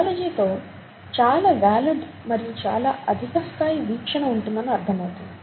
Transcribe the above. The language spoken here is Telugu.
బయాలజీ తో చాలా వాలిడ్ మరియు చాలా అధిక స్థాయి వీక్షణ ఉంటుందని అర్థమవుతుంది